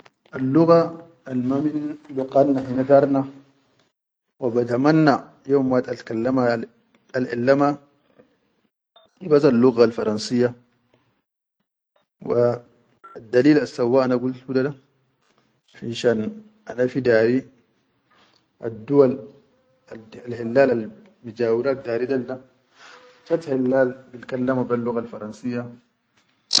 Al lugga al mamin luqqan hine dar na wa badamanna yom wahid alkalma al elma hubas al luggal fransiya wa addalil assawa ana gul hudada finshan ana hidayi adduʼal al helal bi jawirat gade dol da chat hilal bilkalmo be luggal fransiya.